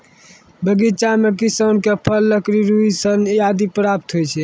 बगीचा सें किसान क फल, लकड़ी, रुई, सन आदि प्राप्त होय छै